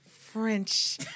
French